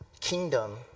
kingdom